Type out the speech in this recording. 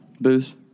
booze